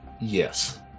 yes